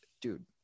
Dude